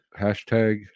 hashtag